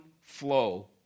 flow